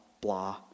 blah